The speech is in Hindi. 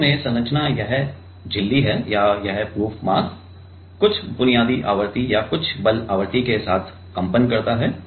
तो शुरू में संरचना यह झिल्ली है या यह प्रूफ मास कुछ बुनियादी आवृत्ति या कुछ बल आवृत्ति के साथ कंपन करता है